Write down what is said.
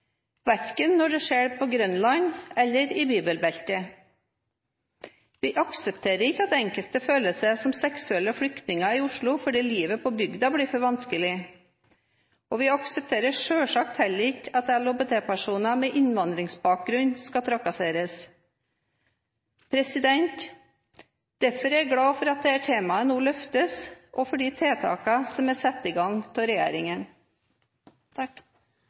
verken når det skjer på Grønland eller i bibelbeltet. Vi aksepterer ikke at enkelte føler seg som seksuelle flyktninger i Oslo fordi livet på bygda blir for vanskelig. Vi aksepterer selvsagt heller ikke at LHBT-personer med innvandrerbakgrunn trakasseres. Derfor er jeg glad for at dette temaet nå løftes, og for tiltakene som er satt i gang av regjeringen.